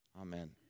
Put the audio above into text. Amen